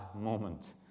moment